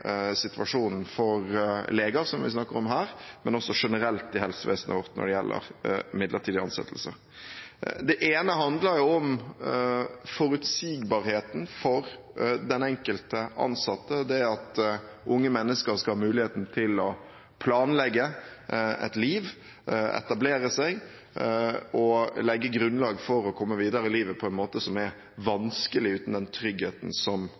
situasjonen for leger, som vi snakker om her, men også generelt i helsevesenet vårt når det gjelder midlertidige ansettelser. Det ene handler om forutsigbarheten for den enkelte ansatte, det at unge mennesker skal ha muligheten til å planlegge et liv, etablere seg og legge grunnlag for å komme videre i livet på en måte som er vanskelig uten den tryggheten som